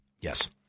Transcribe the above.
Yes